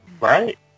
Right